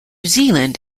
zealand